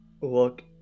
look